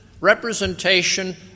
representation